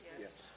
Yes